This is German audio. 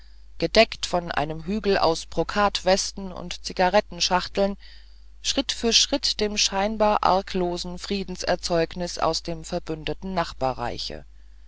gedeckt von einem hügel aus brokatwesten und zigarrenschachteln schritt für schritt dem scheinbar arglosen friedenserzeugnis aus dem verbündeten